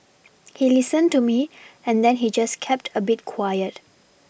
he listened to me and then he just kept a bit quiet